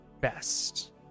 best